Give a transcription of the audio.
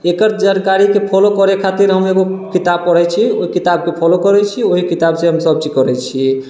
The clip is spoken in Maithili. एकर जानकारीके फॉलो करै खातिर हम एगो किताब पढ़ैत छी ओहि किताबके फॉलो करैत छी ओहि किताब से हम सब चीज करैत छी